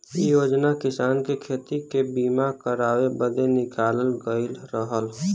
इ योजना किसानन के खेती के बीमा करावे बदे निकालल गयल रहल